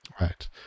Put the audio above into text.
right